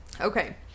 Okay